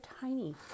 tiny